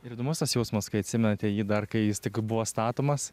ir įdomus tas jausmas kai atsimenate jį dar kai jis tik buvo statomas